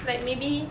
like maybe